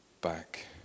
back